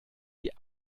die